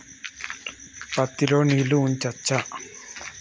పత్తి లో నీళ్లు ఉంచచ్చా?